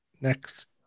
Next